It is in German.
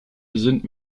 sind